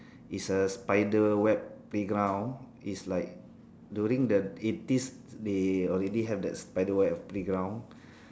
it's a spiderweb playground it's like during the eighties they already have that spiderweb playground